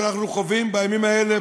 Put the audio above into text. שאנחנו חווים בימים האלה,